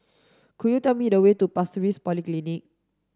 could you tell me the way to Pasir Ris Polyclinic